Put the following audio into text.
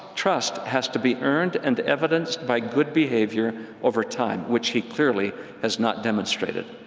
trust has to be earned and evidenced by good behavior over time, which he clearly has not demonstrated.